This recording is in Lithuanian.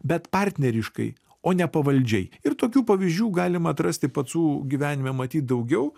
bet partneriškai o ne pavaldžiai ir tokių pavyzdžių galima atrasti pacų gyvenime matyt daugiau